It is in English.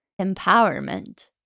Empowerment